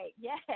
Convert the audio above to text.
yes